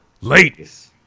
Late